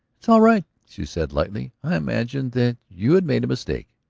it is all right, she said lightly. i imagined that you had made a mistake.